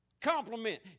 Compliment